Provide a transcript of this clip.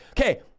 Okay